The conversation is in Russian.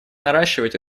наращивать